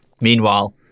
Meanwhile